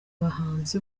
bahanzi